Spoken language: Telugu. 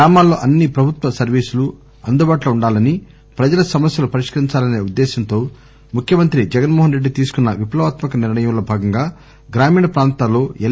గ్రామాల్లో అన్ని ప్రభుత్వ సర్వీసులు అందుబాటులో వుండాలని ప్రజల సమస్యలు పరిష్కరించాలనే వుద్దేశ్యంతో ముఖ్యమంత్రి జగన్మోహనరెడ్డి తీసుకున్న విప్లవాత్మక నిర్ణయంలో భాగంగా గ్రామీణ ప్రాంతాల్లో ఎల్